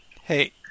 Hey